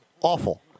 Awful